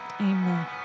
Amen